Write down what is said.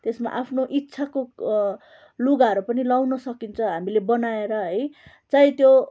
त्यसमा आफ्नो इच्छाको लुगाहरू पनि लाउन सकिन्छ हामीले बनाएर है चाहे त्यो